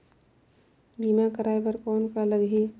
बीमा कराय बर कौन का लगही?